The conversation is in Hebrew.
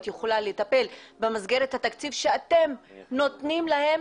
יכולה לטפל במסגרת התקציב שאתם נותנים להם,